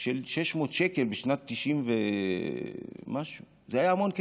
של 600 שקל, בשנת 90 ומשהו זה היה המון כסף,